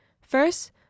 First